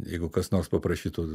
jeigu kas nors paprašytų